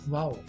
Wow